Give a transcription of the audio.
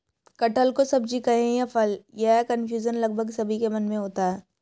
कटहल को सब्जी कहें या फल, यह कन्फ्यूजन लगभग सभी के मन में होता है